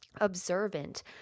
observant